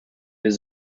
been